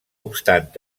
obstant